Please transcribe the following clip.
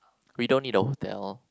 we don't need the hotel